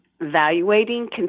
evaluating